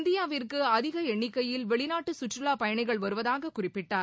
இந்தியாவிற்கு அதிக எண்ணிக்கையில் வெளிநாட்டு சுற்றுலாப் பயணிகள் வருவதாக குறிப்பிட்டார்